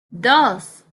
dos